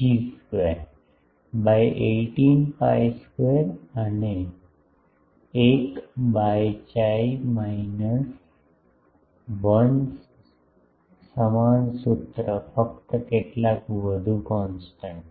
G square by 18 pi square એક by chi minus 1 સમાન સૂત્ર ફક્ત કેટલાક વધુ કોન્સ્ટન્ટ